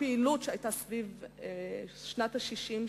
הפעילות שהיתה סביב שנת ה-60,